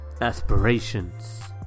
aspirations